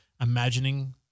imagining